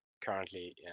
currently